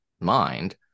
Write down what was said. mind